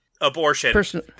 abortion